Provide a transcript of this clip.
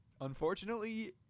Unfortunately